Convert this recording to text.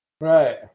Right